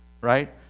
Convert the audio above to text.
right